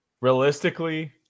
Realistically